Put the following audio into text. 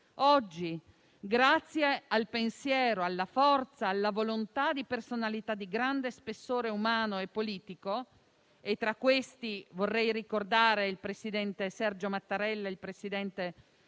Oggi, grazie al pensiero, alla forza e alla volontà di personalità di grande spessore umano e politico - tra cui vorrei ricordare il presidente Sergio Mattarella e il presidente